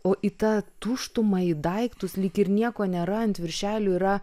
o į tą tuštumą į daiktus lyg ir nieko nėra ant viršelio yra